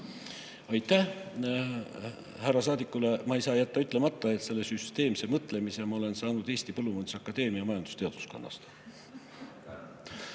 Aitäh! Härra saadikule ma ei saa jätta ütlemata, et selle süsteemse mõtlemise ma olen saanud Eesti Põllumajanduse Akadeemia majandusteaduskonnast.